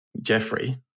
Jeffrey